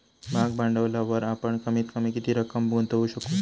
भाग भांडवलावर आपण कमीत कमी किती रक्कम गुंतवू शकू?